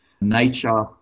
nature